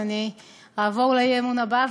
אז אני אעבור לאי-אמון הבא,